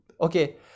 okay